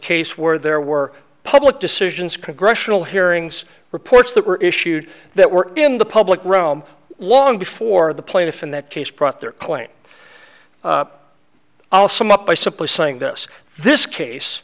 case where there were public decisions congressional hearings reports that were issued that were in the public rome long before the plaintiff in that case brought their claim i'll sum up by simply saying this this case